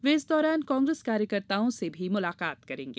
वे इस दौरान कांग्रेस कार्यकर्ताओं से भी मुलाकात करेंगे